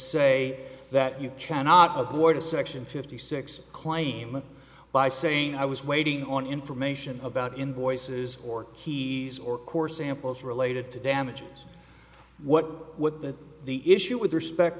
say that you cannot avoid a section fifty six claim by saying i was waiting on information about invoices or keys or course samples related to damages what with the issue with respect